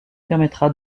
permettra